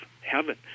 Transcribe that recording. heaven